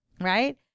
Right